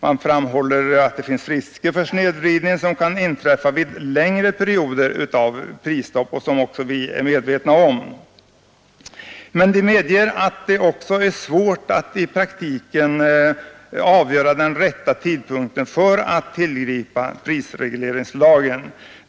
De framhåller att det finns risker för en snedvridning, som kan inträffa vid längre perioder av prisstopp, vilket också vi är medvetna om. Motonärerna medger även att det är svårt i praktiken att avgöra den rätta tidpunkten för att tillgripa prisregleringslagen.